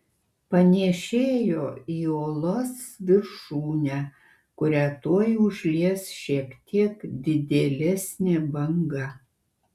panėšėjo į uolos viršūnę kurią tuoj užlies šiek tiek didėlesnė banga